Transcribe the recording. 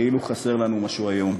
כאילו חסר לנו משהו כיום.